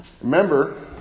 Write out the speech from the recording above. Remember